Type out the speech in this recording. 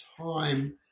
time